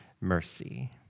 mercy